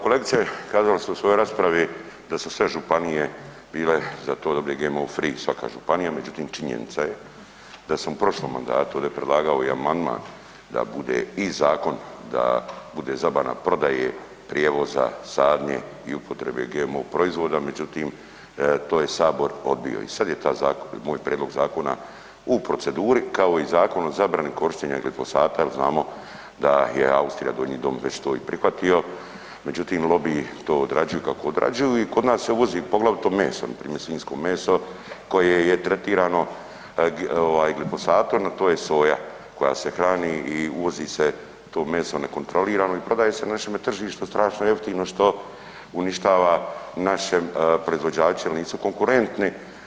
Kolegice, kazali ste u svojoj raspravi da su sve županije bile za to da dobijemo GMO free, svaka županija, međutim, činjenica je da sam u prošlom mandatu ovdje predlagao i amandman da bude i zakon da bude zabrana prodaja, prijevoza, sadnje i upotrebe GMO proizvoda, međutim, to je Sabor odbio i sad je taj zakon, moj prijedlog zakona u proceduri, kao i zakon o zabrani korištenja glifosata jer znamo da je Austrija, donji dom već to i prihvatio, međutim, lobiji to odrađuju kako odrađuju i kod nas se uvozi, poglavito meso, npr. svinjsko meso koje je tretirano glifosatom, a to je soja koja se hrani i uvozi se to meso nekontrolirano i prodaje se na našemu tržištu strašno jeftino što uništava naše proizvođače jer nisu konkurentni.